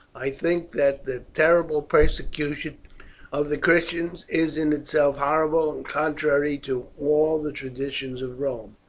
i think that the terrible persecution of the christians is in itself horrible, and contrary to all the traditions of rome.